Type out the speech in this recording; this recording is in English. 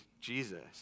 Jesus